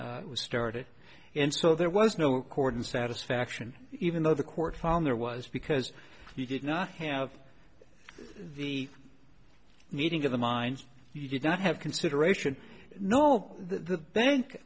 litigation was started and so there was no record and satisfaction even though the court found there was because you did not have the meeting of the minds you did not have consideration no the